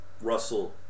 Russell